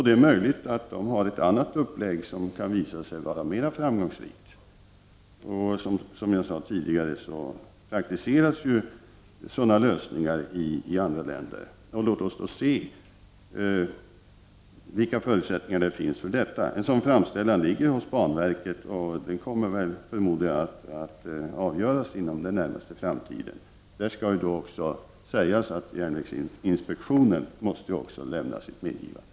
Det är möjligt att de har en annan uppläggning som skulle kunna visa sig vara mera framgångsrik. Som jag sade tidigare praktiseras sådana lösningar i andra länder. Låt oss se vilka förutsättningar det finns för detta. En sådan framställan ligger hos banverket, och kommer förmodligen att avgöras inom den närmaste framtiden. Järnvägsinspektionen måste också lämna sitt medgivande.